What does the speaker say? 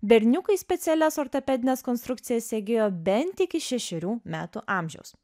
berniukai specialias ortopedines konstrukcijas segėjo bent iki šešerių metų amžiaus